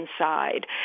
inside